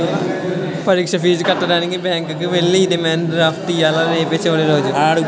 పరీక్ష ఫీజు కట్టడానికి బ్యాంకుకి ఎల్లి డిమాండ్ డ్రాఫ్ట్ తియ్యాల రేపే చివరి రోజు